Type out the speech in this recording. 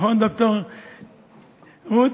נכון, ד"ר רות.